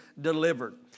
delivered